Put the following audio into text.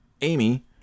Amy